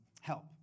help